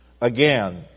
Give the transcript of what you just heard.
Again